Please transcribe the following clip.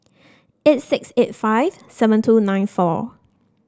eight six eight five seven two nine four